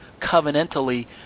covenantally